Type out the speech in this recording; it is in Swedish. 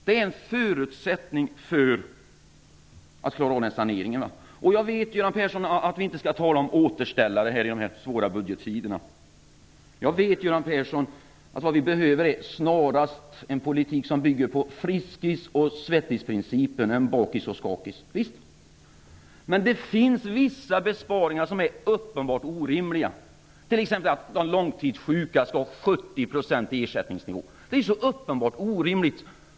Det är en förutsättning för att klara av en sanering. Jag vet, Göran Persson, att vi inte skall tala om återställare när det gäller de svåra budgetfrågorna. Visst vet jag att vi behöver en politik som bygger på Friskis & Svettis-principen snarare än på bakis-ochskakis-principen. Men det finns vissa besparingar som är uppenbart orimliga, t.ex. att de långtidssjuka skall ha 70 % ersättningsnivå. Det är så uppenbart orimligt!